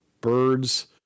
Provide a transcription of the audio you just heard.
birds